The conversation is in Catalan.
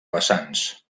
vessants